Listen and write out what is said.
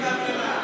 בהפגנה,